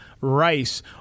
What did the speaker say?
rice